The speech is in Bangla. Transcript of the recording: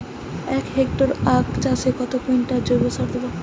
এক হেক্টরে আখ চাষে কত কুইন্টাল জৈবসার দেবো?